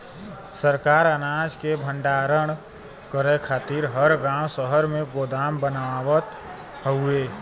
सरकार अनाज के भण्डारण करे खातिर हर गांव शहर में गोदाम बनावत हउवे